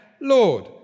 Lord